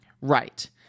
Right